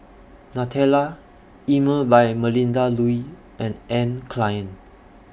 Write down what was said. Nutella Emel By Melinda Looi and Anne Klein